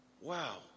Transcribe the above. Wow